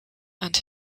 and